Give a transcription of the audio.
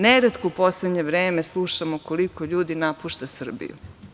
Neretko u poslednje vreme slušamo koliko ljudi napušta Srbiju.